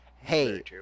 hey